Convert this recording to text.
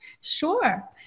Sure